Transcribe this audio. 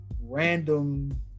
random